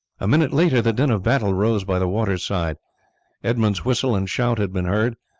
a minute later the din of battle rose by the water's side edmund's whistle and shout had been heard,